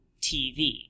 TV